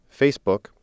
Facebook